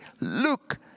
look